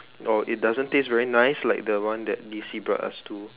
or it doesn't taste very nice like the one that Lacey brought us to